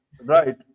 right